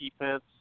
defense